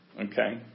okay